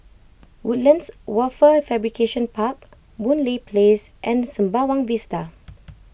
Woodlands Wafer Fabrication Park Boon Lay Place and Sembawang Vista